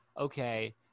okay